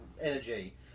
energy